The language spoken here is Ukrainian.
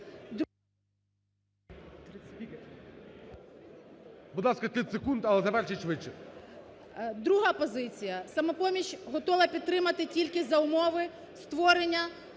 Друга позиція. "Самопоміч" готова підтримати тільки за умови створення